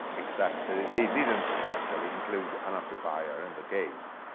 except that they didn't actually include an amplifier in the case.